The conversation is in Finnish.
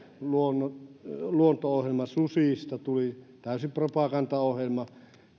se on luonto ohjelma susista tuli täysi propagandaohjelma